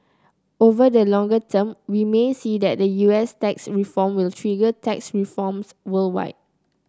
over the longer term we may see that the U S tax reform will trigger tax reforms worldwide